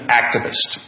activist